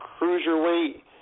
cruiserweight